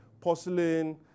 porcelain